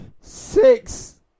Six